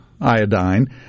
iodine